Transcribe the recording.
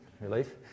Relief